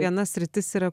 viena sritis yra